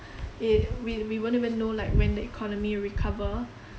if we we won't even know like when the economy recover